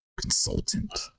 consultant